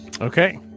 Okay